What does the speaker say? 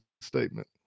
statement